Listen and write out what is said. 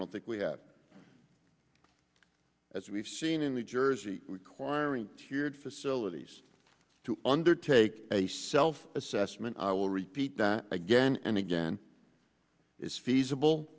don't think we have as we've seen in the jersey requiring sheered facilities to undertake a self assessment i will repeat that again and again is feasible